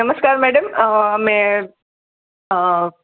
નમસ્કાર મેડમ